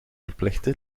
verplichte